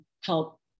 help